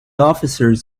officers